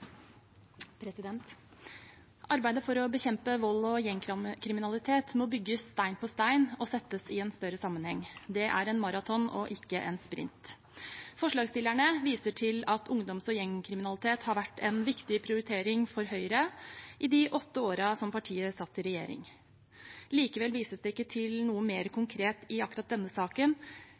Arbeidet for å bekjempe vold og gjengkriminalitet må bygges stein på stein og settes i en større sammenheng. Det er en maraton og ikke en sprint. Forslagsstillerne viser til at ungdoms- og gjengkriminalitet har vært en viktig prioritering for Høyre i de åtte årene som partiet satt i regjering. Likevel vises det ikke til noe mer konkret i akkurat denne saken